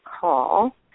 call